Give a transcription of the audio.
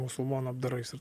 musulmonų apdarais ir